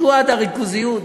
"שו האדה" ריכוזיות?